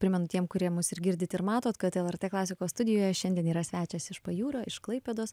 primenu tiem kurie mus ir girdit ir matot kad lrt klasikos studijoje šiandien yra svečias iš pajūrio iš klaipėdos